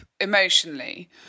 emotionally